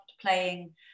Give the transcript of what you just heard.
playing